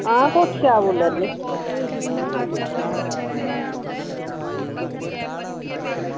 आं कोठिया बोल्ला नै